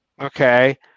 okay